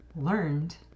learned